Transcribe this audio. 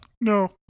No